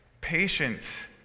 patience